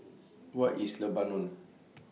What IS Lebanon